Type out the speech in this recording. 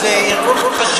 לא יכול להיות.